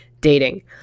dating